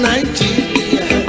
Nigeria